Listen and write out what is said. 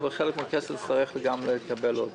אבל חלק מהכסף נצטרך לקבל גם עוד.